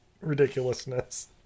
ridiculousness